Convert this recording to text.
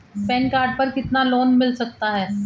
Pan card पर कितना loan मिल सकता है?